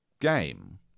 game